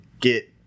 get